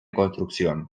construcción